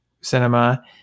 cinema